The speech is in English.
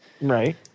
Right